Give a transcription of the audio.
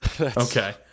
Okay